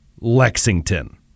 Lexington